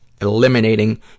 eliminating